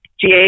GA